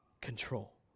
control